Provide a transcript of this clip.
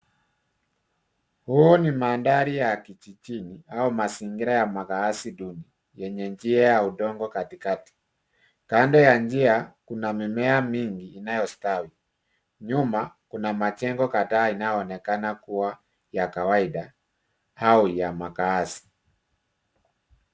Huu ni mandhari ya kijijini au mazingira ya makaazi duni yenye njia ya udongo katikati. Kando ya njia kuna mimea mingi inayostawi. Nyuma kuna majengo kadhaa inayoonekana kuwa ya kawaida au ya makaazi.